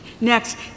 Next